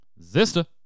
Zista